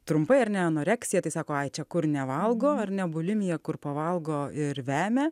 trumpai ar ne anoreksija tai sako ai čia kur nevalgo ar ne bulimija kur pavalgo ir vemia